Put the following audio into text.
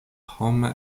homa